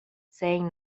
saying